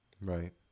Right